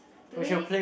do we